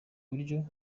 buryo